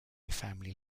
family